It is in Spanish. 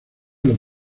los